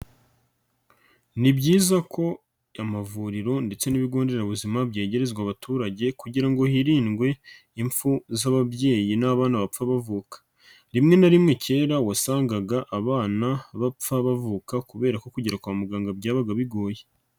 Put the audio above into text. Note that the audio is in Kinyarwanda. Ni byiza ko amavuriro ndetse n'ibigo nderabuzima byegerezwa abaturage kugira ngo hirindwe imfu z'ababyeyi n'abana bapfa bavuka. Rimwe na rimwe kera wasangaga abana bapfa bavuka kubera ko kugera kwa muganga byabaga bigoye.